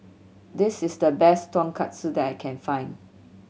this is the best Tonkatsu that I can find